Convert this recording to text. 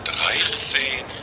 Dreizehn